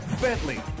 Bentley